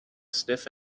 sniff